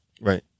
Right